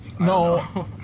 No